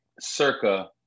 circa